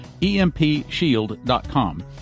EMPshield.com